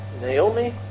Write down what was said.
Naomi